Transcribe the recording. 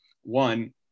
One